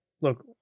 look